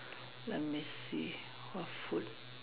let me see what food